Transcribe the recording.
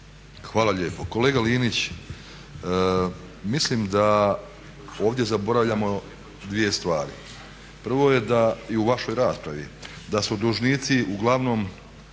Hvala lijepo. Kolega Linić, mislim da ovdje zaboravljamo dvije stvari. Prvo je da i u vašoj raspravi da su dužnici uglavnom